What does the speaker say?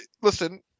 listen